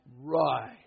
right